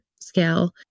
scale